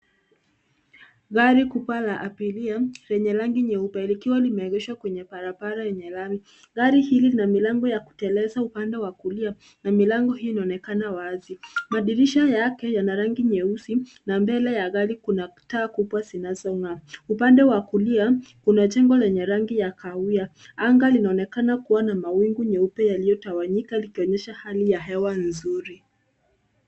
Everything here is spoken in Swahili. Gari kubwa la abiria, lenye rangi nyeupe likiwa limeegeshwa kwenye barabara yenye rangi. Gari hili ina milango ya kukelesa upande wa kulia na milango hii inaonekana wazi. Madilisha yake yana rangi nyeusi na mbele ya gari kuna kuta kubwa sinazonga. Upande wa kulia, unajengo lenye rangi ya kahawia. Anga linaonekana kuwa na mawingu nyeupe yaliyotawanyika likionyesha hali ya hewa nzuri.